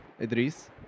Idris